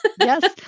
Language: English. yes